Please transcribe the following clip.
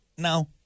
No